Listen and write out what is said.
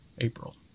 April